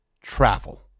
travel